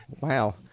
Wow